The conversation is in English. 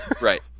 Right